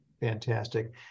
Fantastic